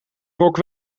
rock